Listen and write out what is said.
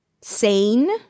sane